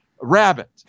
rabbit